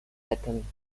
retten